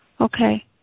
Okay